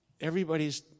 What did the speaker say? everybody's